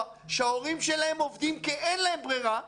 כשההורים שלהם עובדים כי אין להם ברירה,